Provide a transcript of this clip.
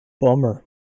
Bummer